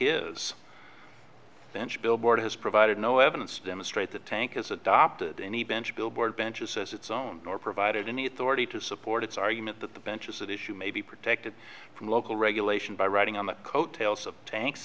is bench billboard has provided no evidence to demonstrate that tank has adopted any bench billboard benches as its own nor provided any authority to support its argument that the benches at issue may be protected from local regulation by riding on the coattails of tanks